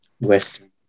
Western